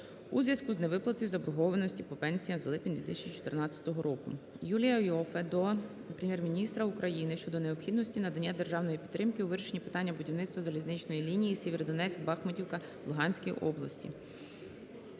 у зв'язку з невиплатою заборгованості по пенсіям за липень 2014 року. Юлія Іоффе до Прем'єр-міністра України щодо необхідності надання державної підтримки у вирішенні питання будівництва залізничної лінії Сєвєродонецьк-Бахмутівка в Луганській області.